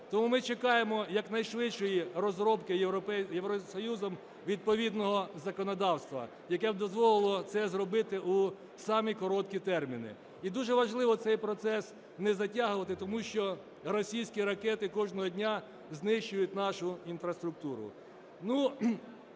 Тому ми чекаємо якнайшвидшої розробки Євросоюзом відповідного законодавства, яке б дозволило це зробити у самі короткі терміни. І дуже важливо цей процес не затягувати, тому що російські ракети кожного дня знищують нашу інфраструктуру.